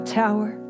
tower